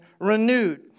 renewed